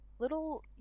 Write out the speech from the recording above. Little